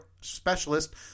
Specialist